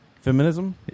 Feminism